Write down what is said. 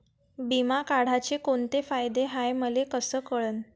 बिमा काढाचे कोंते फायदे हाय मले कस कळन?